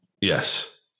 Yes